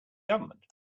government